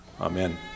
Amen